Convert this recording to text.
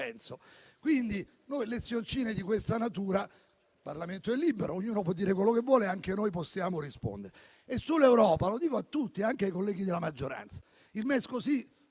penso. Di fronte a lezioncine di questa natura, il Parlamento è libero, ognuno può dire quello che vuole e anche noi possiamo rispondere. Sull'Europa - lo dico a tutti, anche ai colleghi della maggioranza - il MES così